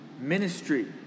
Ministry